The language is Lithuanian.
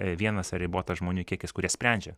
vienas ar ribotas žmonių kiekis kuris sprendžia